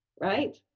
right